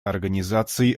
организации